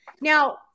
Now